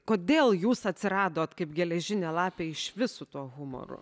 kodėl jūs atsiradot kaip geležinė lapė išvis su tuo humoru